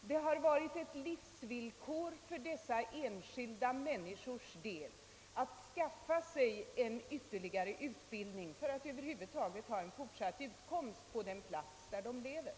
Det har varit ett livsvillkor för dessa enskilda människors del att skaffa sig ytterligare utbildning för att över huvud taget ha en fortsatt utkomst på den plats där de lever.